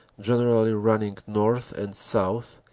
gen erally running north and south,